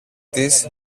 της